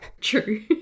True